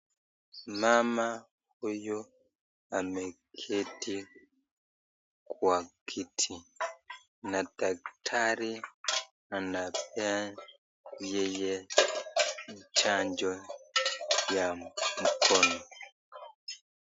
Mama huyu ameketi kwa kiti na daktari anapea yeye chanjo ya mkono.